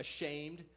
ashamed